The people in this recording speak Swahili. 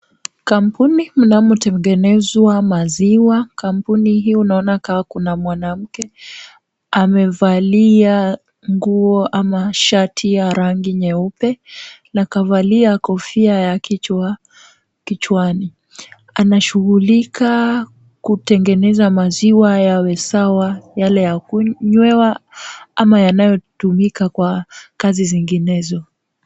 Kampuni mnamotengenezwa maziwa. Kampuni hii unaona kama kuna mwanamke. Amevalia nguo ama shati ya rangi nyeupe na kavalia kofia ya kichwa kichwani. Anashughulika kutengeza maziwa yawe sawa yale ya kunywewa ama yanayotumiwa kwa kazi zinginezo.